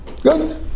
Good